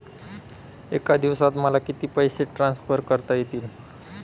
एका दिवसात मला किती पैसे ट्रान्सफर करता येतील?